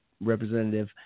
Representative